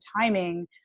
timing